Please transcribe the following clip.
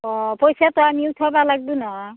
অ পইচাটো আনি থ'ব লাগিব নহয়